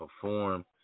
perform